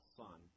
son